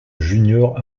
junior